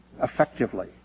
Effectively